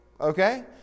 Okay